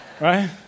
Right